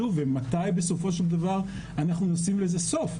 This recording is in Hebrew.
ומתי, בסופו של דבר, אנחנו נשים לזה סוף?